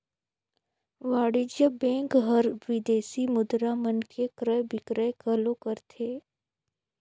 वाणिज्य बेंक हर विदेसी मुद्रा मन के क्रय बिक्रय घलो करथे